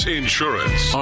insurance